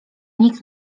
nikt